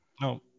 No